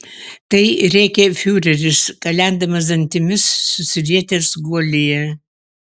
tai rėkė fiureris kalendamas dantimis susirietęs guolyje